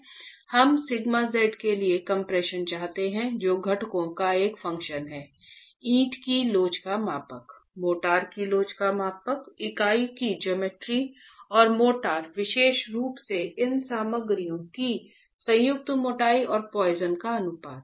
हम σ z के लिए एक्सप्रेशन चाहते हैं जो घटकों का एक फंक्शन है ईंट की लोच का मापांक मोर्टार की लोच का मापांक इकाई की ज्योमेट्री और मोर्टार विशेष रूप से इन सामग्रियों की संयुक्त मोटाई और पॉइसन का अनुपात